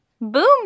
Boom